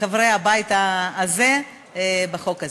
חברי הבית הזה בחוק הזה.